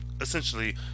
essentially